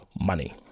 money